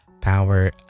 power